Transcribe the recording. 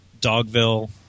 Dogville